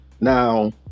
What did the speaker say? Now